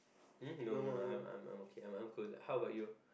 um no no I'm I'm I'm okay I'm cool how about you